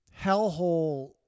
hellhole